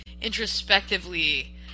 introspectively